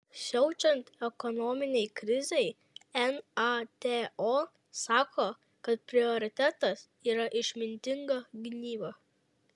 siaučiant ekonominei krizei nato sako kad prioritetas yra išmintinga gynyba